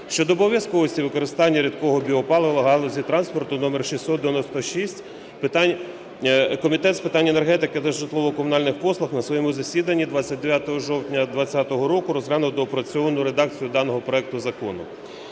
щодо обов'язковості використання рідкого біопалива у галузі транспорту № 696 Комітет з питань енергетики та житлово-комунальних послуг на своєму засіданні 29 жовтня 20-го року розглянув доопрацьовану редакцію даного проекту закону.